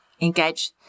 engage